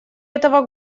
этого